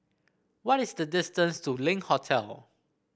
what is the distance to Link Hotel